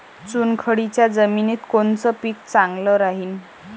चुनखडीच्या जमिनीत कोनचं पीक चांगलं राहीन?